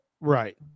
right